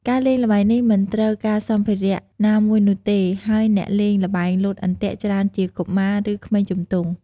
ការលេងល្បែងនេះមិនត្រូវការសម្ភារៈណាមួយនោះទេ ហើយអ្នកលេងល្បែងលោតអន្ទាក់ច្រើនជាកុមារឬក្មេងជំទង់។